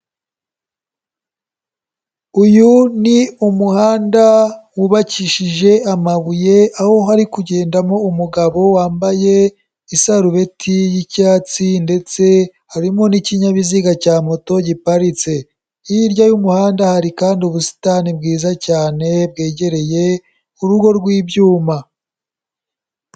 Uyu ni umuhanda wubakishije amabuye, aho hari kugendamo umugabo wambaye isarubeti y'icyatsi ndetse harimo n'ikinyabiziga cya moto giparitse. Hirya y'umuhanda hari kandi ubusitani bwiza cyane, bwegereye urugo rw'ibyuma.